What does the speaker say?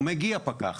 ומגיע פקח